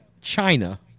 China